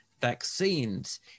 vaccines